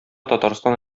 татарстан